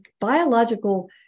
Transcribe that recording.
biological